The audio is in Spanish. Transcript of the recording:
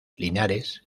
linares